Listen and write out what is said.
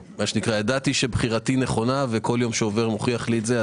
ידעתי שבחירתי נכונה וכל יום שעובר מוכיח לי את זה,